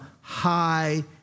high